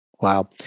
Wow